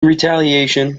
retaliation